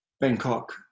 Bangkok